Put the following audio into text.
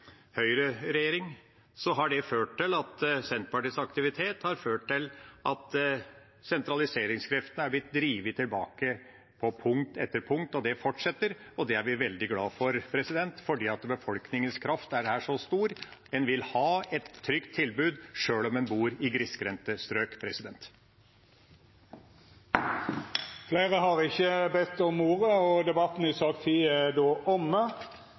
høyreregjering, har Senterpartiets aktivitet ført til at sentraliseringskreftene har blitt drevet tilbake på punkt etter punkt. Det fortsetter, og det er vi veldig glade for, for befolkningens kraft er så stor; en vil ha et trygt tilbud sjøl om en bor i grisgrendte strøk. Fleire har ikkje bedt om ordet til sak nr. 10. Dermed er sakene på dagens kart ferdig handsama. Ber nokon om ordet før møtet vert heva? – Ingen har bedt om ordet, og